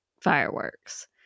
Fireworks